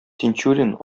тинчурин